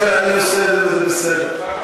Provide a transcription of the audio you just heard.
אני עושה את זה, וזה בסדר.